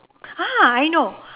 ah I know